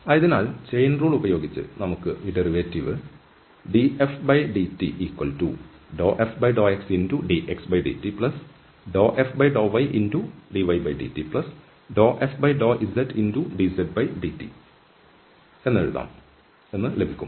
ആയതിനാൽ chain rule ഉപയോഗിച്ച് നമുക്ക് ഈ ഡെറിവേറ്റീവ് dfdt∂f∂xdxdt∂f∂ydydt∂f∂zdzdt ലഭിക്കും